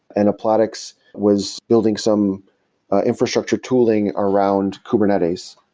and applatix was building some infrastructure tooling around kubernetes.